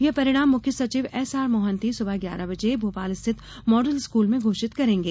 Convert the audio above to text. यह परिणाम मुख्य सचिव एसआर मोहन्ती सुबह ग्यारह बजे भोपाल स्थित मॉडल स्कूल में घोषित करेंगे